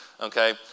Okay